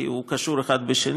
כי הם קשורים זה לזה,